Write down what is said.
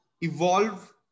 evolve